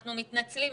אנחנו מתנצלים,